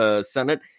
Senate